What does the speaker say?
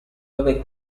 dove